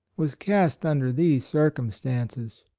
was cast un der these circumstances.